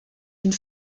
une